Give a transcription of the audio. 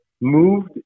Moved